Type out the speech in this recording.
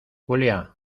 julia